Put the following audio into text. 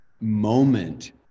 moment